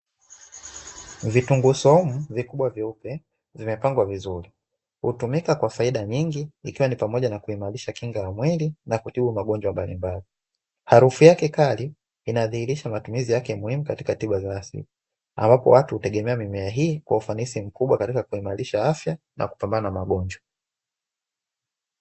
Vitunguu swaumu vikubwa vyeupe zimepangwa vizuri. Hutumika kwa faida nyingi, ikiwa ni pamoja na kuimarisha kinga ya mwili na kutibu magonjwa mbalimbali. Harufu yake kali inadhiirisha matumizi yake muhimu katika tiba za asili ambapo watu hutegemea mimea hii kwa ufanisi mkubwa katika kuimarisha afya na kupambana na magonjwa.